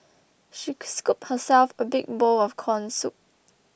she scooped herself a big bowl of Corn Soup